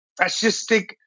fascistic